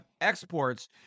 exports